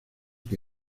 que